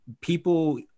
people